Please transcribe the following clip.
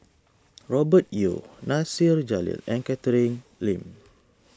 Robert Yeo Nasir Jalil and Catherine Lim